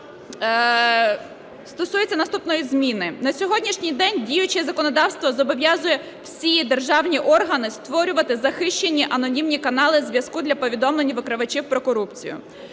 стосується наступної зміни. На сьогоднішній день діюче законодавство зобов'язує всі державні органи створювати захищені анонімні канали зв'язку для повідомлень викривачів про корупцію.